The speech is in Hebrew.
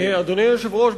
אדוני היושב-ראש,